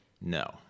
No